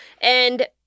And-